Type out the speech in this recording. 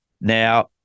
Now